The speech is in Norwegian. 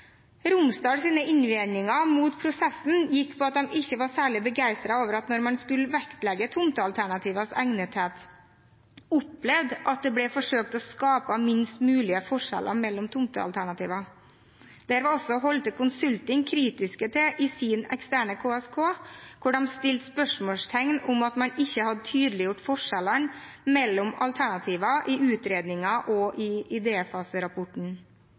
innvendinger mot prosessen gikk ut på at de ikke var særlig begeistret over at de, når man skulle vektlegge tomtealternativers egnethet, opplevde at det ble forsøkt skapt minst mulige forskjeller mellom tomtealternativene. Dette var også Holte Consulting kritiske til i sin eksterne KSK, hvor de satte spørsmålstegn ved at man ikke hadde tydeliggjort forskjellene mellom alternativene i utredningen og i